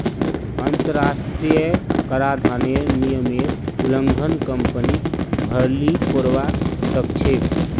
अंतरराष्ट्रीय कराधानेर नियमेर उल्लंघन कंपनीक भररी पोरवा सकछेक